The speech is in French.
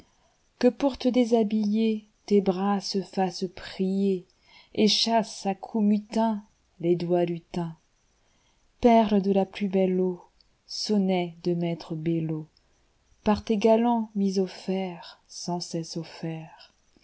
que pour te déshabillertes bras se fassent prieret chassent à coups mutinsles doigts lutins perles de la plus belle eau sonnets de maître belieaupar tes galants mis aux ferssans cesse